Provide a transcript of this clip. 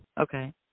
Okay